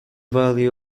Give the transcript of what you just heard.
value